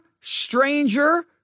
stranger